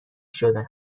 شدن